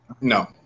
No